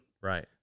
Right